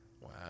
Wow